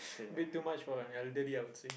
a bit too much for an elderly I would say